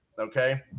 Okay